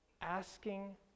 asking